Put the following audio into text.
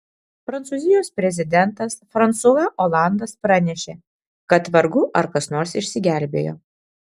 prancūzijos prezidentas fransua olandas pranešė kad vargu ar kas nors išsigelbėjo